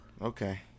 Okay